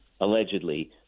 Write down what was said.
allegedly